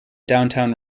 downtown